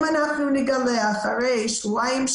אם אנחנו נגלה אחרי שבועיים,